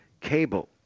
Cable